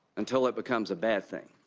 until it becomes a bad thing.